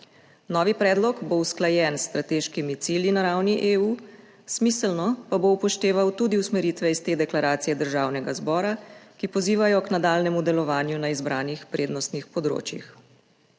Novi predlog bo usklajen s strateškimi cilji na ravni EU, smiselno pa bo upošteval tudi usmeritve iz te deklaracije Državnega zbora, ki pozivajo k nadaljnjemu delovanju na izbranih prednostnih področjih.